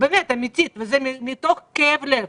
ואני אומרת באמת ומתוך כאב לב